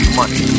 money